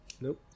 Nope